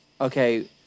okay